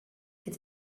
het